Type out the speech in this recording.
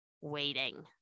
waiting